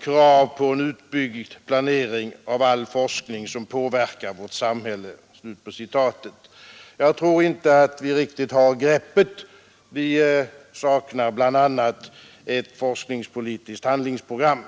”krav på en utbyggd planering av all forskning som påverkar vårt samhälle”. Jag tror inte att vi riktigt har greppet; vi saknar bl.a. ett forskningspolitiskt handlingsprogram.